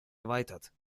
erweitert